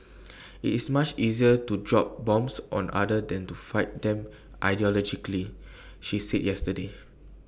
IT is much easier to drop bombs on other than to fight them ideologically she said yesterday